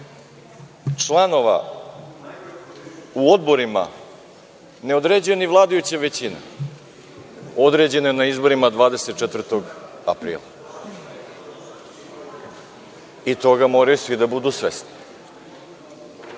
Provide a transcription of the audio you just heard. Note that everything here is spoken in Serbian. članova u odborima ne određuje ni vladajuća većina, određen je na izborima 24. aprila i toga moraju svi da budu svesni. Po